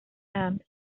and